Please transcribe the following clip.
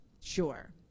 Sure